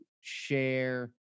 share